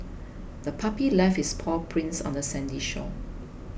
the puppy left its paw prints on the sandy shore